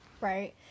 Right